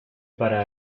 para